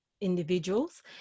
individuals